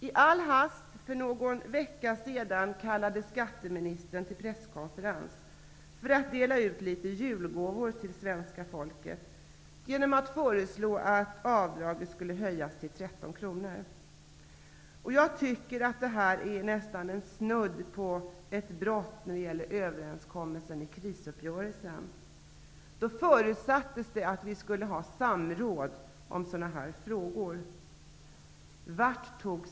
I all hast, för någon vecka sedan, kallade skatteministern till presskonferens för att dela ut julgåvor till svenska folket genom att föreslå att avdraget höjs till 13 kr. Jag tycker att det är snudd på ett brott mot överenskommelsen i krisuppgörelsen då det förutsattes att ett samråd om sådana här frågor skulle ske.